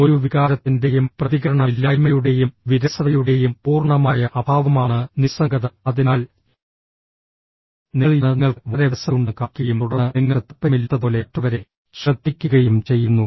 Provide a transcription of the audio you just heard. ഒരു വികാരത്തിന്റെയും പ്രതികരണമില്ലായ്മയുടെയും വിരസതയുടെയും പൂർണ്ണമായ അഭാവമാണ് നിസ്സംഗത അതിനാൽ നിങ്ങൾ ഇരുന്ന് നിങ്ങൾക്ക് വളരെ വിരസതയുണ്ടെന്ന് കാണിക്കുകയും തുടർന്ന് നിങ്ങൾക്ക് താൽപ്പര്യമില്ലാത്തതുപോലെ മറ്റുള്ളവരെ ശ്രദ്ധിക്കുകയും ചെയ്യുന്നു